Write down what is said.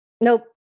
nope